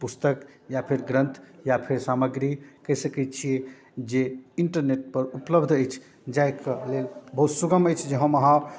पुस्तक या फेर ग्रन्थ या फेर सामग्री कहि सकै छी जे इन्टरनेटपर उपलब्ध अछि जाहि कऽ लेल बहुत सुगम अछि जे हम अहाँ